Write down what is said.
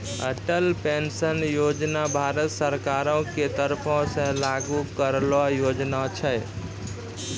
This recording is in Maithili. अटल पेंशन योजना भारत सरकारो के तरफो से लागू करलो योजना छै